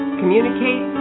communicate